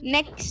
Next